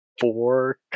four